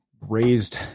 raised